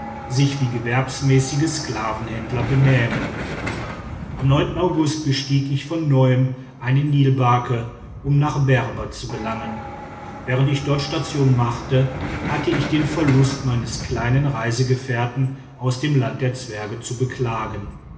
sich wie gewerbsmäßige sklavenhändler benähmen am august bestieg ich von neuem eine nilbarke um nach berber zu gelangen während ich dort station machte hatte ich den verlust meines kleinen reisegefährten aus dem land der zwerge zu beklagen